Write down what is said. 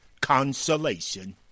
consolation